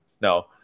no